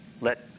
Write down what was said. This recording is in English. Let